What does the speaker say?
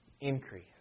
increase